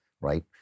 right